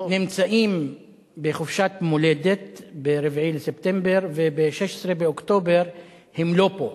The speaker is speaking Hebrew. נמצאים בחופשת מולדת ב-4 בספטמבר וב-16 באוקטובר הם לא פה.